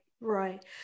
right